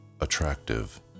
attractive